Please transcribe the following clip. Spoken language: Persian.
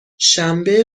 شنبه